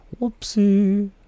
Whoopsie